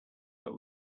but